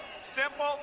simple